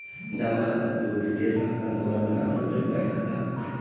जमा खाता एगो वित्तीय संस्था द्वारा बनावल गईल बैंक खाता हवे